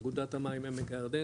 אגודת המים עמק הירדן,